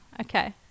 Okay